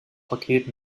paket